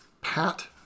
Pat